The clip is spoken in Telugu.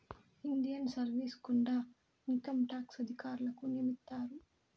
ఇండియన్ సర్వీస్ గుండా ఇన్కంట్యాక్స్ అధికారులను నియమిత్తారు